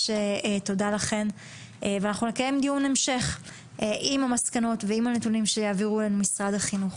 אנחנו נקיים דיון המשך עם המסקנות ועם הנתונים שמשרד החינוך יעביר לנו.